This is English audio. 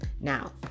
Now